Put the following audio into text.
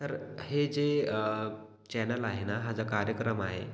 तर हे जे चॅनल आहे ना हा जो कार्यक्रम आहे